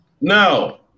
No